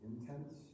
intense